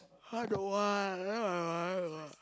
I don't want I don't want I don't want